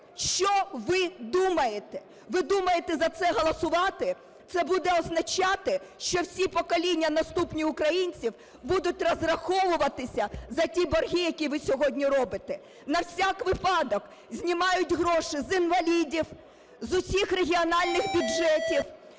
Що ви думаєте?! Ви думаєте за це голосувати? Це буде означати, що всі покоління наступні українців будуть розраховуватися за ті борги, які ви сьогодні робите. На всяк випадок знімають гроші з інвалідів, з усіх регіональних бюджетів,